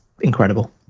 incredible